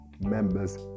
members